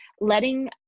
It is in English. letting